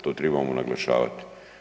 To trebamo naglašavati.